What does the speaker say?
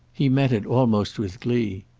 he met it almost with glee.